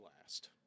last